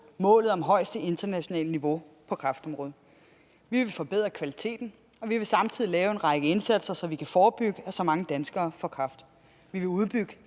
målet om højeste internationale niveau på kræftområdet. Vi vil forbedre kvaliteten af behandlingen, og vi vil samtidig lave en række indsatser, så vi kan forebygge, at så mange danskere får kræft. Vi vil udbygge